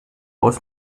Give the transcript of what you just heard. aus